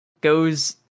goes